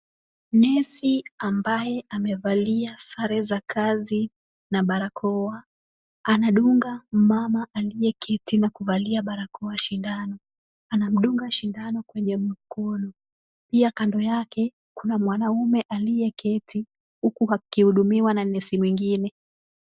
Nesi ambaye amevalia sare za kazi na barakoa, anadunga mama aliyeketi na kuvalia barakoa sindano. Anamdunga sindano kwenye mkono. Pia kando yake, kuna mwanamme aliyeketi, huku akihudumiwa na nesi mwingine.